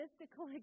mystical